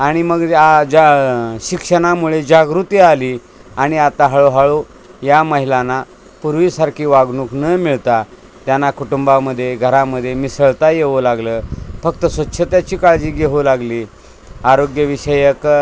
आणि मग जा शिक्षणामुळे जागृती आली आणि आता हळूहळू या महिलांना पूर्वीसारखी वागणूक न मिळता त्यांना कुटुंबामध्ये घरामध्ये मिसळता येऊ लागलं फक्त स्वच्छतेची काळजी घेऊ लागली आरोग्यविषयक